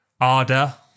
Arda